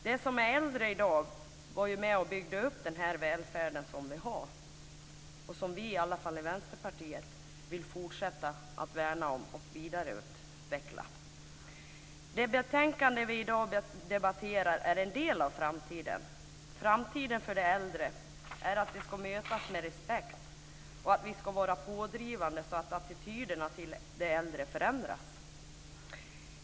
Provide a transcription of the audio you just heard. De som är äldre i dag var ju med och byggde upp den välfärd som vi nu har och som i varje fall vi i Vänsterpartiet vill fortsätta att värna om och vidareutveckla. Det betänkande som vi i dag debatterar är en del av framtiden. Framtiden för de äldre är att de ska mötas med respekt och att vi ska vara pådrivande så att attityderna till de äldre förändras.